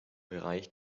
bereich